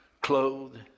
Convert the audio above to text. clothed